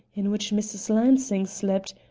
in which mrs. lansing slept,